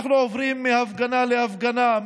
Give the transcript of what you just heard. אנחנו עוברים מהפגנה להפגנה,